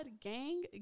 Gang